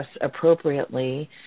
appropriately